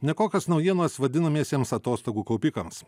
nekokios naujienos vadinamiesiems atostogų kaupikams